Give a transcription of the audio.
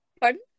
Pardon